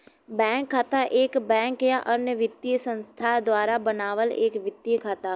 bank खाता एक bank या अन्य वित्तीय संस्थान द्वारा बनावल एक वित्तीय खाता हौ